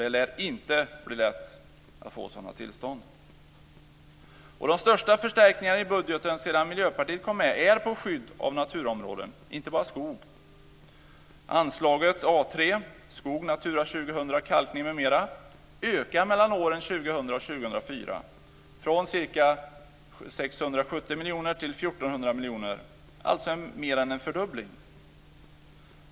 Det lär nämligen inte bli lätt att få sådana tillstånd. Miljöpartiet kom med gäller skydd av naturområden, inte bara skog. Anslaget A3 gällande skog, Natura 2000, kalkning m.m. ökar mellan åren 2000 och 2004 från ca 670 miljoner till 1 400 miljoner, alltså mer än en fördubbling.